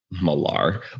Malar